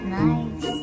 nice